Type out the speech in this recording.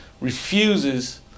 refuses